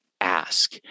Ask